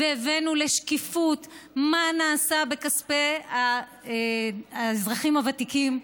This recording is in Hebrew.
והבאנו לשקיפות במה שנעשה בכספי האזרחים הוותיקים,